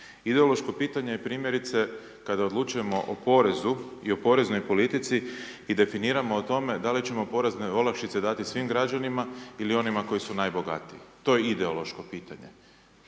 Ideološko pitanje je primjerice kada odlučujemo o porezu i o poreznoj politici i definiramo o tome da li ćemo porezne olakšice dati svim građanima ili onima koji su najbogatiji, to je ideološko pitanje.